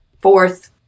fourth